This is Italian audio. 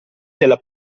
della